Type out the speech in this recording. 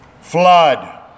flood